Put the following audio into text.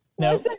No